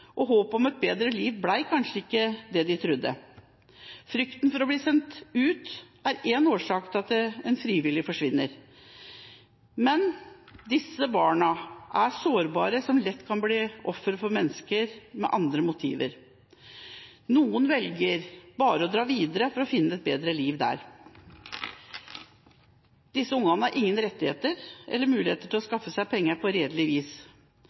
og håpet om et bedre liv ble kanskje ikke innfridd. Frykten for å bli sendt ut er en årsak til at de frivillig forsvinner, men disse barna er sårbare og kan lett bli ofre for mennesker med ulike motiver. Noen velger bare å dra videre for å finne et bedre liv. Disse ungene har ingen rettigheter eller muligheter til å skaffe seg penger på redelig vis.